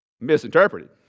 Misinterpreted